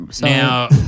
Now